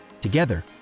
Together